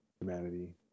humanity